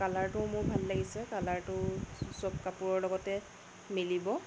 কালাৰটোও মোৰ ভাল লাগিছে কালাৰটো চব কাপোৰৰ লগতে মিলিব